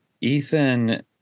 Ethan